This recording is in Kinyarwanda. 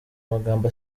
amagambo